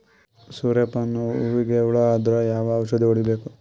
ಸೂರ್ಯ ಪಾನ ಹೂವಿಗೆ ಹುಳ ಆದ್ರ ಯಾವ ಔಷದ ಹೊಡಿಬೇಕು?